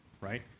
right